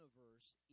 universe